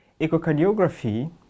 Echocardiography